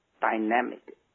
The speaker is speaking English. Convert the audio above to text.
dynamic